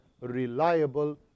reliable